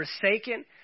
forsaken